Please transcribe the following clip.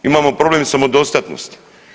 Imamo problem samodostatnosti.